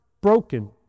broken